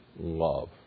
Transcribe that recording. love